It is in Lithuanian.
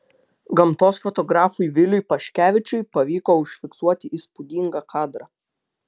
gamtos fotografui viliui paškevičiui pavyko užfiksuoti įspūdingą kadrą